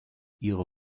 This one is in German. ihre